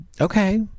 Okay